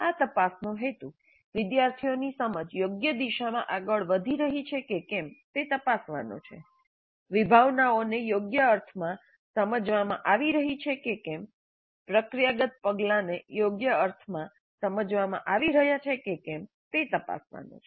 આ તપાસનો હેતુ વિદ્યાર્થીઓની સમજ યોગ્ય દિશામાં આગળ વધી રહી છે કે કેમ તે તપાસવાનો છે વિભાવનાઓને યોગ્ય અર્થમાં સમજવામાં આવી રહી છે કે કેમ પ્રક્રિયાગત પગલાંને યોગ્ય અર્થમાં સમજવામાં આવી રહ્યું છે કે કેમ તે તપાસવાનો છે